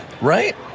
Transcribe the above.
right